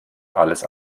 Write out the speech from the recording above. alles